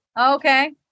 Okay